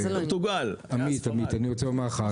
סגן שר החקלאות ופיתוח הכפר משה אבוטבול: עמית אני רוצה לומר לך,